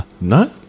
No